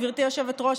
גברתי היושבת-ראש,